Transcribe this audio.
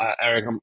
Eric